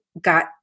got